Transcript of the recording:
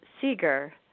Seeger